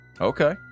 Okay